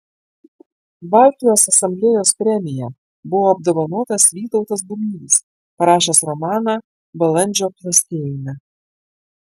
baltijos asamblėjos premija buvo apdovanotas vytautas bubnys parašęs romaną balandžio plastėjime